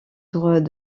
droit